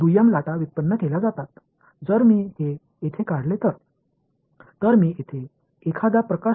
நான் இங்கே அலைகளை வெளியே அனுப்பும் ஒரு ஒளி மூலத்தை எடுத்துக் கொண்டால் இவை அலைகளின் முனைகளாகும்